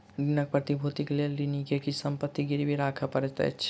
ऋणक प्रतिभूतिक लेल ऋणी के किछ संपत्ति गिरवी राखअ पड़ैत अछि